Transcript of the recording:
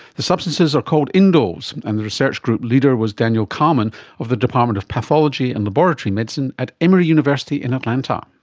the substances are called indoles, and the research group leader was daniel kalman of the department of pathology and laboratory medicine at emory university in atlanta.